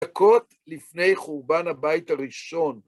דקות לפני חורבן הבית הראשון.